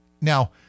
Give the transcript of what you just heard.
now